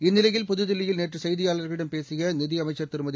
இந்நிலையில் புதுதில்லியில் நேற்று செய்தியாளர்களிடம் பேசிய நிதியமைச்சர் திருமதி